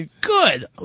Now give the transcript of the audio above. Good